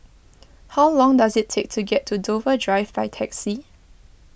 how long does it take to get to Dover Drive by taxi